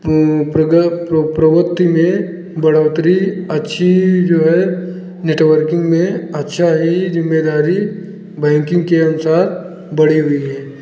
प्रग प्रवत्ति में बढ़ोत्तरी अच्छी जो है नेटवर्किंग में अब सारी ज़िम्मेदारी बैंकिंग के अनुसार बढ़ी हुई है